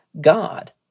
God